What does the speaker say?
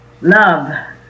love